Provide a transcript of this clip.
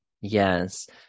Yes